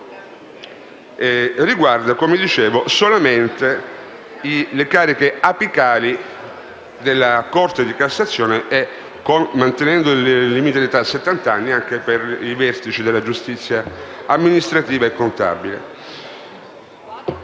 riguarda solamente le cariche apicali della Corte di cassazione e, mantenendo il limite di età a settanta anni, anche i vertici della giustizia amministrativa e contabile.